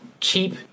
cheap